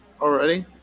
already